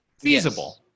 Feasible